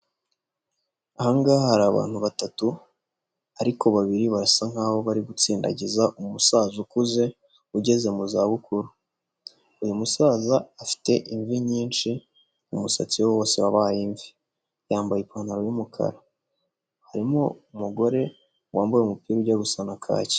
Ahangaha hari abantu batatu ariko babiri barasa nkaho bari gusindagiza umusaza ukuze ugeze mu za bukuru. Uyu musaza afite imvi nyinshi umusatsi we wose wabaye imvi, yambaye ipantaro y'umukara, harimo umugore wambaye umupira ujya gusa na kaki.